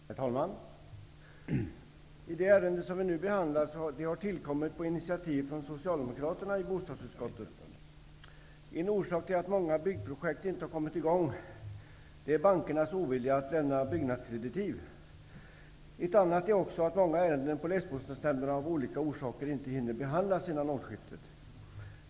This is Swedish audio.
Herr talman! Det ärende som vi nu behandlar har tillkommit på initiativ av socialdemokraterna i bostadsutskottet. En orsak till att många byggprojekt inte har kommit i gång är bankernas ovilja att lämna byggnadskreditiv. En annan orsak är att många ärenden på länsbostadsnämnderna av olika skäl inte hinner behandlas före årsskiftet.